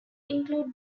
include